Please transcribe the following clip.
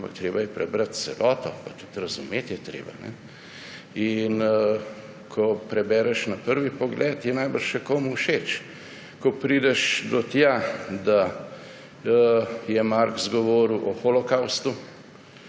treba je prebrati celoto, pa tudi razumeti je treba. In ko prebereš na prvi pogled, je verjetno še komu všeč. Ko prideš do tja, da je Marx govoril o holokavstu,